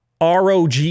ROG